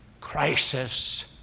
crisis